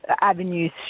avenues